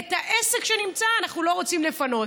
את העסק שנמצא אנחנו לא רוצים לפנות.